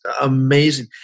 amazing